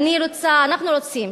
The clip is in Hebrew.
אני רוצה, אנחנו רוצים,